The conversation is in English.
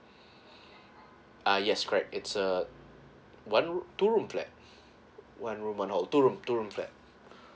uh yes correct it's a one room two room flat one room one or two room two room flat